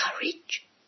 Courage